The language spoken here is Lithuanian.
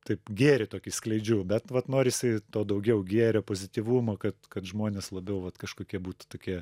taip gėrį tokį skleidžiu bet vat norisi daugiau gėrio pozityvumo kad kad žmonės labiau vat kažkokie būtų tokie